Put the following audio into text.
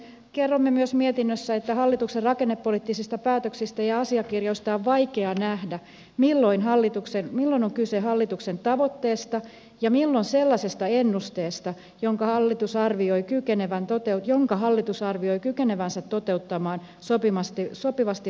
kerromme myös mietinnössä että hallituksen rakennepoliittisista päätöksistä ja asiakirjoista on vaikea nähdä milloin on kyse hallituksen tavoitteesta ja milloin sellaisesta ennusteesta jonka hallitus arvioi kykenevän tautia jonka hallitus arvioi kykenevänsä toteuttamaan sopivasti valituilla uudistuksilla